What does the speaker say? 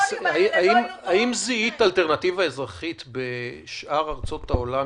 האם זיהית אלטרנטיבה אזרחית בשאר ארצות העולם,